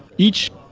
each,